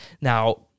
Now